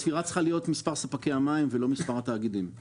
הספירה צריכה להיות מספר ספקי המים ולא מספר התאגידים כי